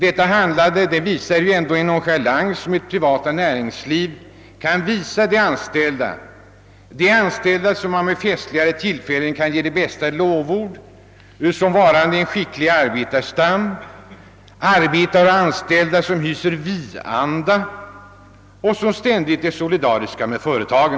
Ett sådant handlande visar vilken nonchalans det privata näringslivet kan visa de anställda; samma anställda som man vid festliga tillfällen ger de bästa lovord och säger vara en skicklig arbetarstam, arbetare och anställda som hyser »vi-anda» och som alltid är solidariska med företaget.